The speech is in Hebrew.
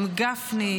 עם גפני,